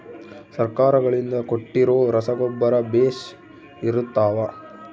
ಸರ್ಕಾರಗಳಿಂದ ಕೊಟ್ಟಿರೊ ರಸಗೊಬ್ಬರ ಬೇಷ್ ಇರುತ್ತವಾ?